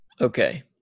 Okay